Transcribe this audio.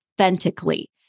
authentically